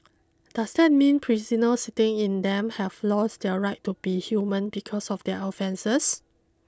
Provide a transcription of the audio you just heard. does that mean the prisoners sitting in them have lost their right to be human because of their offences